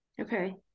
Okay